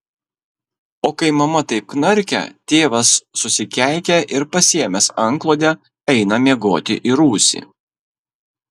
o kai mama taip knarkia tėvas susikeikia ir pasiėmęs antklodę eina miegoti į rūsį